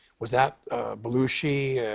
was that belushi,